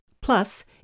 Plus